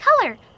color